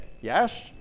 Yes